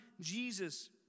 Jesus